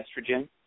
estrogen